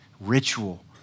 ritual